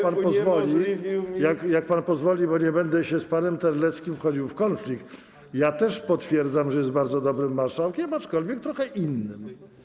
Panie pośle, jak pan pozwoli, bo nie będę z panem Terleckim wchodził w konflikt, ja też potwierdzam, że jest bardzo dobrym marszałkiem, aczkolwiek trochę innym.